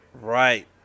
Right